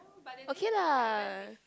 okay lah